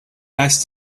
nice